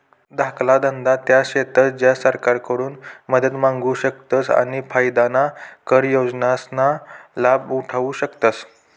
धाकला धंदा त्या शेतस ज्या सरकारकडून मदत मांगू शकतस आणि फायदाना कर योजनासना लाभ उठावु शकतस